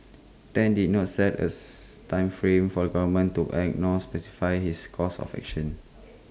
Tan did not set A time frame for the government to act nor specified his course of action